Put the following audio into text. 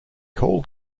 call